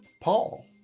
Paul